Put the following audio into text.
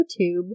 YouTube